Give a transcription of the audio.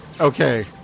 okay